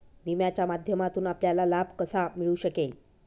विम्याच्या माध्यमातून आपल्याला लाभ कसा मिळू शकेल?